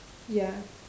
ya